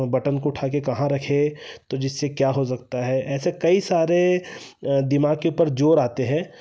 button को उठा कर कहाँ रखें तो जिससे क्या हो सकता है ऐसे कई सारे दिमाग के ऊपर जोर आते हैं